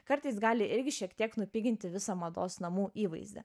kartais gali irgi šiek tiek nupiginti visą mados namų įvaizdį